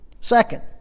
Second